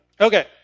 Okay